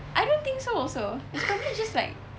I don't think so also probably just like